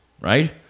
right